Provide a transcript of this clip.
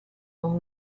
con